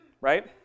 right